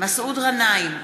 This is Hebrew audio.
מסעוד גנאים,